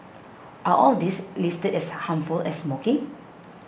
are all these listed as harmful as smoking